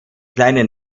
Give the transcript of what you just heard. kleine